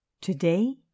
Today